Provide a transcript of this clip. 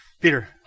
Peter